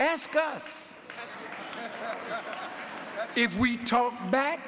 ask us if we talk back